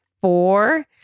Four